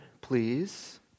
please